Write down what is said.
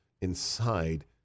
inside